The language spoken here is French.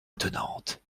attenante